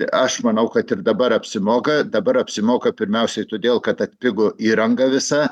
aš manau kad ir dabar apsimoka dabar apsimoka pirmiausiai todėl kad atpigo įranga visa